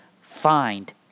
find